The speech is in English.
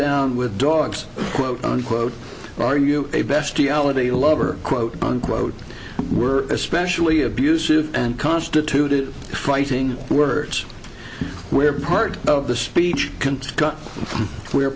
down with dogs quote unquote or are you a bestie ality lover quote unquote were especially abusive and constituted fighting words where part of the speech